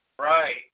Right